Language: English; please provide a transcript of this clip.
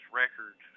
record